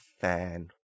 fan